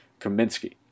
Kaminsky